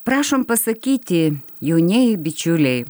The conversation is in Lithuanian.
prašom pasakyti jaunieji bičiuliai